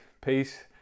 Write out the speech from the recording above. peace